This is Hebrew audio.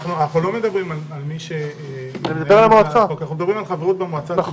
אנחנו מדברים על חברות במועצה.